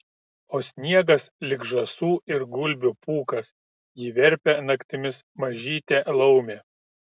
o sniegas lyg žąsų ir gulbių pūkas jį verpia naktimis mažytė laumė